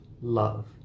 love